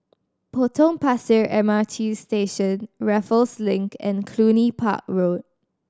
Potong Pasir M R T Station Raffles Link and Cluny Park Road